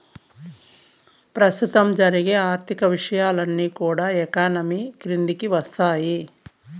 ప్రస్తుతం జరిగే ఆర్థిక విషయాలన్నీ కూడా ఎకానమీ కిందికి వత్తాయి